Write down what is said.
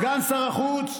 סגן שר החוץ,